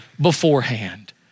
beforehand